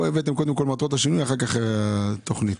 כאן רשמתם קודם כל מטרות השינוי ואחר כך תיאור התוכנית.